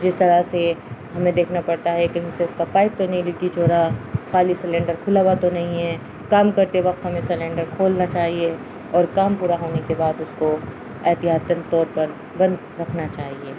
جس طرح سے ہمیں دیکھنا پڑتا ہے کہ ان سے اس کا پائپ تو نہیں لک چورا خالی سلینڈر کھلا ہوا تو نہیں ہے کام کرتے وقت ہمیں سلینڈر کھولنا چاہیے اور کام پورا ہونے کے بعد اس کو احتیاطن طور پر بند رکھنا چاہیے